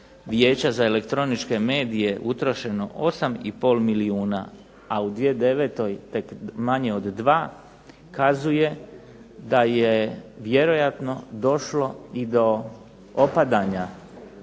Vijeća za elektroničke medije utrošeno 8 i pol milijuna, a u 2009. tek manje od 2, kazuje da je vjerojatno došlo i do opadanja